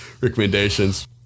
recommendations